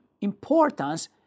importance